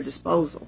disposal